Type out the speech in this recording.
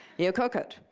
you cook it.